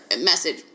message